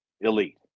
elite